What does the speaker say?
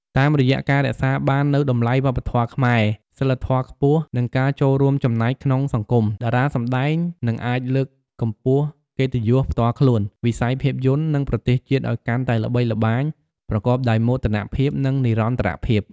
តាមរយៈការរក្សាបាននូវតម្លៃវប្បធម៌ខ្មែរ សីលធម៌ខ្ពស់ និងការចូលរួមចំណែកក្នុងសង្គម តារាសម្ដែងនឹងអាចលើកកម្ពស់កិត្តិយសផ្ទាល់ខ្លួន វិស័យភាពយន្ត និងប្រទេសជាតិឱ្យកាន់តែល្បីល្បាញប្រកបដោយមោទនភាព និងនិរន្តរភាព។